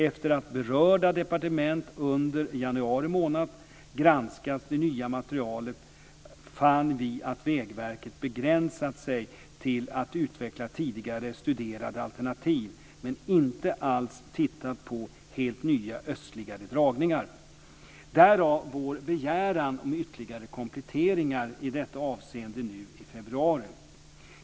Efter att berörda departement under januari månad granskat det nya materialet fann vi att Vägverket begränsat sig till att utveckla tidigare studerade alternativ men inte alls tittat på helt nya östligare dragningar - därav vår begäran om ytterligare kompletteringar i detta avseende nu i februari.